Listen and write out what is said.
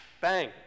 bang